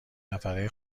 نفره